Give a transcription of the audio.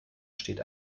steht